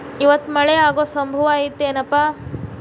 ಇವತ್ತ ಮಳೆ ಆಗು ಸಂಭವ ಐತಿ ಏನಪಾ?